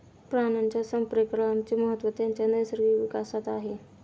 प्राण्यांच्या संप्रेरकांचे महत्त्व त्यांच्या नैसर्गिक विकासात आहे